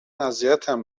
اذیتم